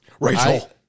Rachel